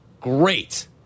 Great